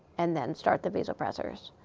and then start the vasopressors.